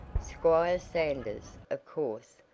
squire sanders, of course,